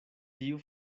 tiu